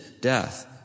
death